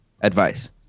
advice